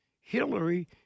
Hillary